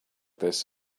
this